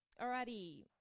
Alrighty